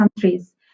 countries